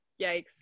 Yikes